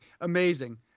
Amazing